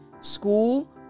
school